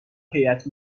هیات